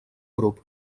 grup